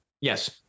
Yes